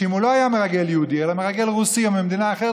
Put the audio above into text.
שאם הוא לא היה מרגל יהודי אלא מרגל רוסי או ממדינה אחרת,